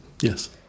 Yes